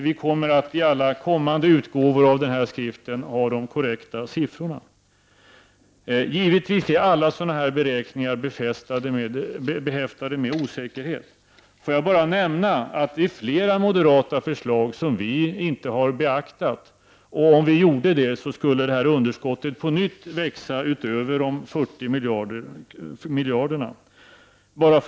Vi kommer att ändra i alla kommande utgåvor av skriften och ha de korrekta siffrorna, Givetvis är alla sådana sådana här beräkningar behäftade med osäkerhet. Får jag bara nämna att det är flera moderata förslag som vi inte har beaktat. Om vi hade gjort det skulle underskottet på nytt växa utöver de 40 miljarderna.